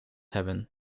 hebben